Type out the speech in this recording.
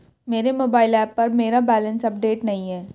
मेरे mobile app पर मेरा बैलेंस अपडेट नहीं है